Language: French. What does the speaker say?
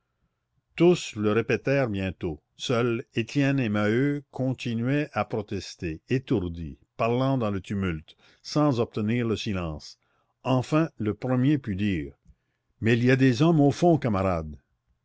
tous le répétèrent bientôt seuls étienne et maheu continuaient à protester étourdis parlant dans le tumulte sans obtenir le silence enfin le premier put dire mais il y a des hommes au fond camarades